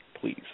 please